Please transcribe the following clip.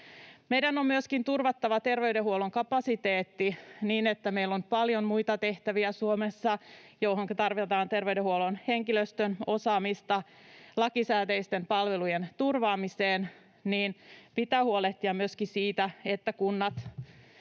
Meidän on myöskin turvattava terveydenhuollon kapasiteetti, koska meillä on Suomessa paljon muita tehtäviä, joihinka tarvitaan terveydenhuollon henkilöstön osaamista lakisääteisten palvelujen turvaamiseen. Pitää huolehtia myöskin siitä, että kunnat